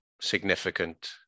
significant